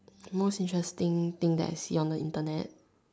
most interesting thing that I see on the Internet